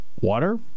water